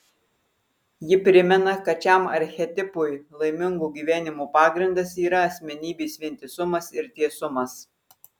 ji primena kad šiam archetipui laimingo gyvenimo pagrindas yra asmenybės vientisumas ir tiesumas